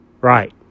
Right